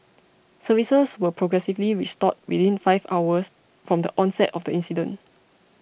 services were progressively restored within five hours from the onset of the incident